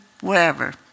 wherever